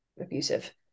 abusive